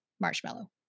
Marshmallow